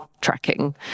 tracking